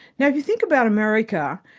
now if you think about america,